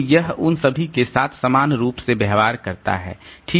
तो यह उन सभी के साथ समान रूप से व्यवहार करता है ठीक